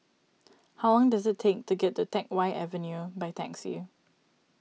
how long does it take to get to Teck Whye Avenue by taxi